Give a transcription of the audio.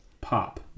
pop